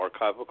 archival